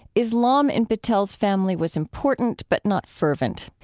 islam in patel's family was important, but not fervent.